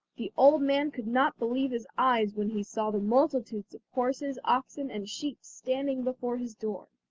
the old man could not believe his eyes when he saw the multitudes of horses, oxen and sheep standing before his door.